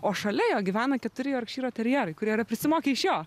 o šalia jo gyvena keturi jorkšyro terjerai kurie yra prisimokę iš jo